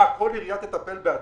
מה, כל עירייה תטפל בעצמה?